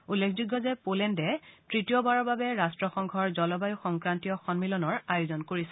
উল্লেখযোগ্য যে প'লেণ্ডে তৃতীয়বাৰৰ বাবে ৰাষ্ট্ৰসংঘৰ জলবায়ু সংক্ৰান্তীয় সন্মিলনৰ আয়োজন কৰিছে